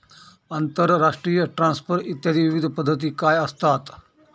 आंतरराष्ट्रीय ट्रान्सफर इत्यादी विविध पद्धती काय असतात?